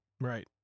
Right